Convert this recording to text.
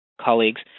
colleagues